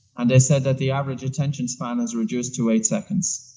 and they said that the average attention span is reduced to eight seconds.